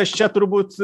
aš čia turbūt